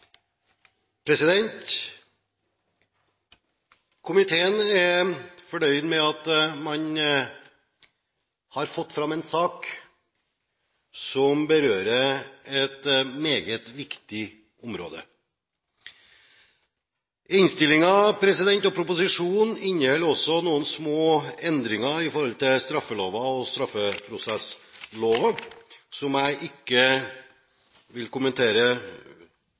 berører et meget viktig område. Innstillingen, og proposisjonen, inneholder også noen små endringer i forhold til straffeloven og straffeprosessloven, som jeg ikke vil kommentere